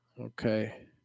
Okay